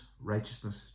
righteousness